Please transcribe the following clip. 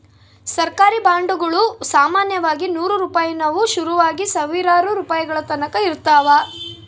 ಸರ್ಕಾರಿ ಬಾಂಡುಗುಳು ಸಾಮಾನ್ಯವಾಗಿ ನೂರು ರೂಪಾಯಿನುವು ಶುರುವಾಗಿ ಸಾವಿರಾರು ರೂಪಾಯಿಗಳತಕನ ಇರುತ್ತವ